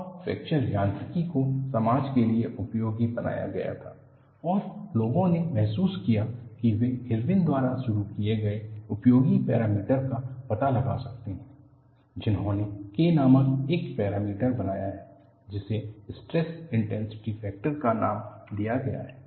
और फ्रैक्चर यांत्रिकी को समाज के लिए उपयोगी बनाया गया था और लोगों ने महसूस किया कि वे इरविन द्वारा शुरू किए गए उपयोगी पैरामीटर का पता लगा सकते हैं जिन्होंने K नामक एक पैरामीटर बनाया है जिसे स्ट्रेस इंटेनसिटी फेक्टर का नाम दिया गया है